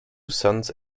sons